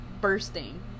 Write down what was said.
bursting